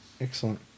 Excellent